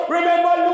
Remember